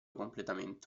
completamento